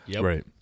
Right